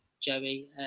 Joey